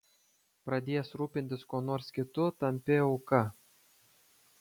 pradėjęs rūpintis kuo nors kitu tampi auka